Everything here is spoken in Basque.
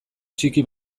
txiki